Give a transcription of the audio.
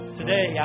today